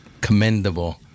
commendable